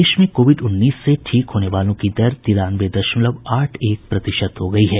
देश में कोविड उन्नीस से ठीक होने वालों की दर तिरानवे दशमलव आठ एक प्रतिशत हो गई है